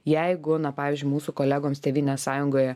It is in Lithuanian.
jeigu na pavyzdžiui mūsų kolegoms tėvynės sąjungoje